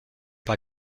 par